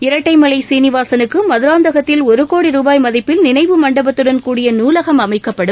இரட்டைமலை சீனிவாசனுக்கு மதராந்தகத்தில் ஒருகோடி ரூபாய் மதிப்பில் நினைவு மண்டபத்துடன் கூடிய நூலகம் அமைக்கப்படும்